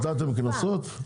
נתתם קנסות?